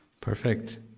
Perfect